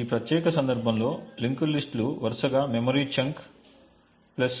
కాబట్టి ఈ ప్రత్యేక సందర్భంలో లింక్డ్ లిస్ట్ లు వరుసగా మెమరీ చంక్ ప్లస్